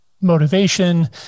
motivation